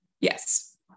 Yes